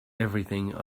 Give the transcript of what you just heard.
everything